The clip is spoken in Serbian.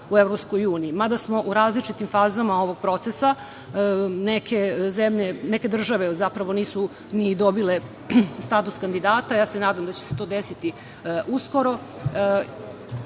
uniji, mada smo u različitim fazama ovog procesa, neke države zapravo nisu ni dobile status kandidata. Ja se nadam da će se to desiti uskoro.